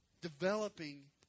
developing